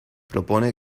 propone